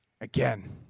Again